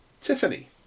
Tiffany